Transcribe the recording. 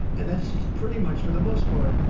and that's pretty much, for the most part,